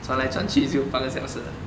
转来转去就有半个小时了